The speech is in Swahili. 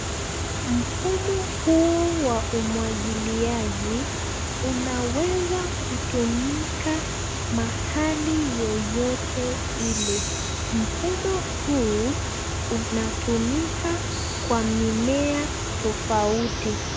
Mfumo huo wa umwagiliaji unaweza kutumika mahali yoyote ile. Mfumo huu unatumika kwa mimea tofauti.